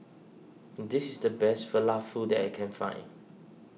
this is the best Falafel that I can find